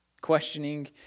questioning